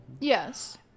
Yes